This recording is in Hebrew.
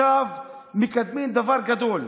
מקדמים דבר גדול,